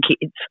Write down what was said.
kids